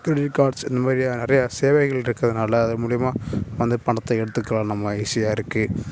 credit cards இந்தமாதிரி நிறையா சேவைகள் இருக்கிறதுனால அது மூலயமா வந்து பணத்தை எடுத்துக்கலாம் நம்ம ஈஸியாக இருக்குது